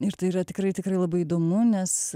ir tai yra tikrai tikrai labai įdomu nes